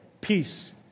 peace